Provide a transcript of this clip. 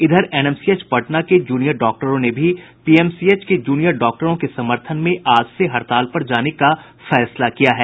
इधर एनएमसीएच पटना के जूनियर डॉक्टरों ने भी पीएमसीएच के जूनियर डॉक्टरों के समर्थन में आज से हड़ताल पर जाने का फैसला किया है